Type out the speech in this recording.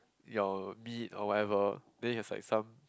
your meat or whatever then it has like some